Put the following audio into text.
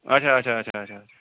اَچھا اَچھا اَچھا اَچھا